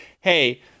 hey